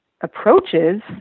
approaches